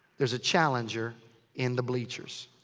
there's a challenger in the bleachers.